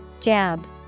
jab